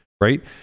Right